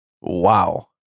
wow